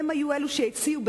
הם שהציעו,